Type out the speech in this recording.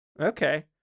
Okay